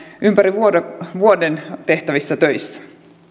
ympäri vuoden vuoden tehtävissä töissä